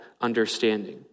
understanding